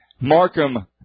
Markham